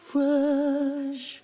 rush